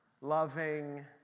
loving